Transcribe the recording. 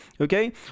Okay